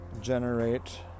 generate